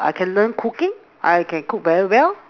I can learn cooking I can cook very well